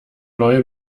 neue